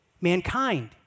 Mankind